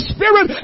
Spirit